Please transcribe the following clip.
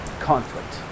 conflict